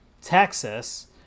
Texas